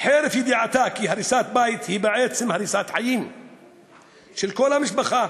חרף ידיעתה כי הריסת בית היא בעצם הריסת חיים של כל המשפחה